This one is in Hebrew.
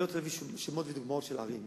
אני לא רוצה להביא שמות ודוגמאות של ערים.